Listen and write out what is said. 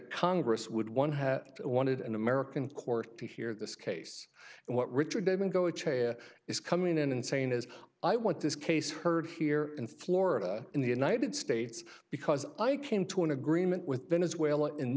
congress would one have wanted an american court to hear this case and what richard they've been go is coming in and saying is i want this case heard here in florida in the united states because i came to an agreement with venezuela in